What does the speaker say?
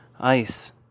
Ice